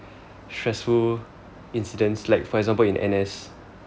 stressful incidents like for example in N_S